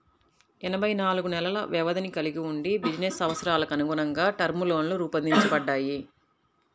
ఎనభై నాలుగు నెలల వ్యవధిని కలిగి వుండి బిజినెస్ అవసరాలకనుగుణంగా టర్మ్ లోన్లు రూపొందించబడ్డాయి